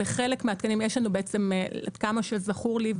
עד כמה שזכור לי,